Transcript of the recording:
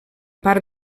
part